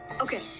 Okay